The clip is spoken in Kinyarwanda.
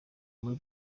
muri